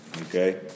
Okay